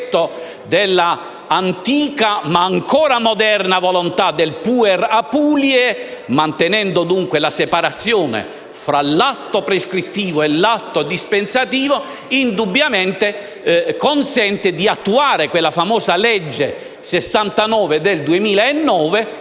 nel rispetto dell'antica ma ancora moderna volontà del *puer Apuliae*, mantenendo dunque la separazione tra l'atto prescrittivo e l'atto dispensativo - indubbiamente consente di attuare la famosa legge n. 69 del 2009,